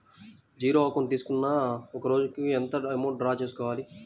Zero account తీసుకున్నాక ఒక రోజుకి ఎంత అమౌంట్ డ్రా చేసుకోవాలి?